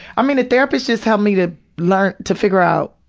i mean, the therapist just helped me to learn to figure out,